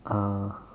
uh